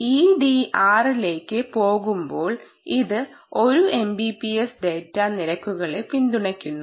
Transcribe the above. EDR ലേക്ക് പോകുമ്പോൾ ഇത് ഒരു MBPS ഡാറ്റ നിരക്കുകളെ പിന്തുണയ്ക്കുന്നു